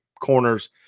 corners